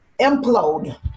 implode